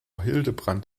hildebrand